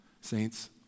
saints